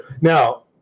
Now